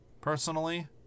personally